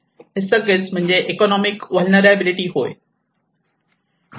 हे सगळेच म्हणजे इकॉनोमिक व्हलनेरलॅबीलीटी होय